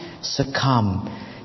succumb